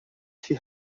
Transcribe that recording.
she